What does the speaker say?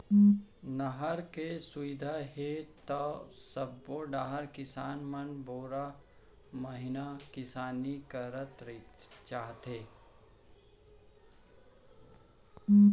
नहर के सुबिधा हे त सबो डहर किसान मन बारो महिना किसानी करना चाहथे